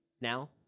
Now